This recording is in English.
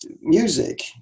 music